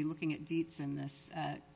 be looking at dietz in this